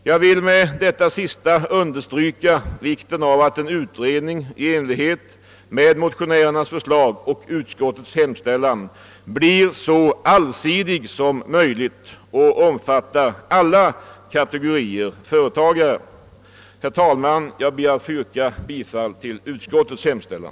Jag vill med detta sista understryka vikten av att en utredning i enlighet med motionsförslagen och utskottets hemställan blir så allsidig som möjligt och omfattar alla kategorier av företagare. Jag ber att få yrka bifall till utskottets hemställan.